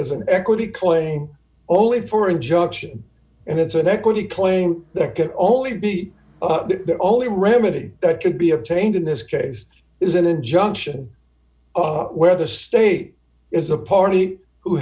is an equity claim only for injunction and it's an equity claim there can only be the only remedy that could be obtained in this case is an injunction where the state is a party who